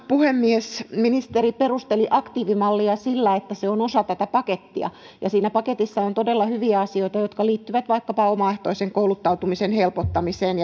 puhemies ministeri perusteli aktiivimallia sillä että se on osa tätä pakettia ja siinä paketissa on todella hyviä asioita jotka liittyvät vaikkapa omaehtoisen kouluttautumisen helpottamiseen